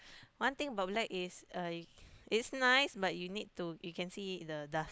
one thing about black is uh it's nice but you need to you can see the dust